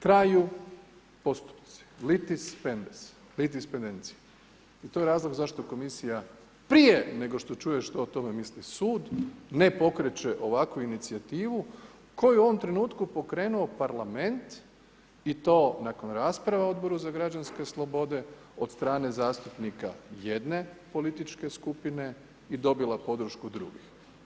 Traju postupci. …/Govornik govori latinski./… i to je razlog zašto komisija prije nego što čuje što o tome misli sud, ne pokreće ovakvu inicijativu koju je u ovom trenutku pokrenuo parlament i to nakon rasprave u odboru za građanske slobode od strane zastupnika jedne političke skupine i dobila podršku drugih.